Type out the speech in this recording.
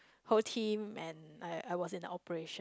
whole team and I was in operation